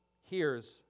hears